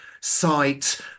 site